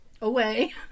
away